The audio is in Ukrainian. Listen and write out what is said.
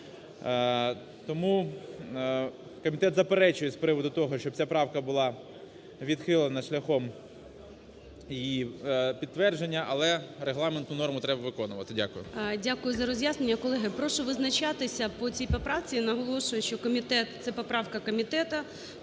Тому комітет заперечує з приводу того, щоб ця правка була відхилена шляхом її підтвердження, але регламентну норму треба виконувати. Дякую. ГОЛОВУЮЧИЙ. Дякую за роз'яснення. Колеги, прошу визначатися по цій поправці. І наголошую, що комітет, це поправка комітету.